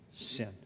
sin